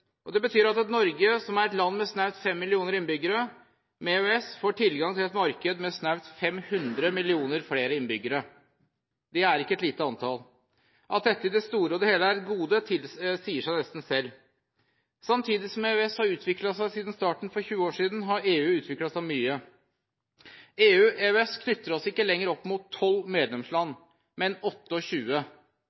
betyr at Norge, som er et land med snaut 5 millioner innbyggere, med EØS får tilgang til et marked med snaut 500 millioner flere innbyggere. Det er ikke et lite antall. At dette i det store og hele er et gode, sier seg nesten selv. Samtidig som EØS har utviklet seg siden starten for 20 år siden, har EU utviklet seg mye. EU/EØS knytter oss ikke lenger opp mot 12 medlemsland, men